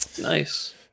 Nice